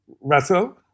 Russell